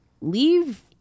leave